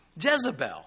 Jezebel